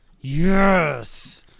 Yes